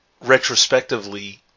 retrospectively